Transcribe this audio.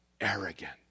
arrogant